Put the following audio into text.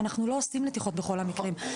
ואנחנו לא עושים נתיחות בכל המקרים.